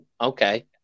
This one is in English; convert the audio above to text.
okay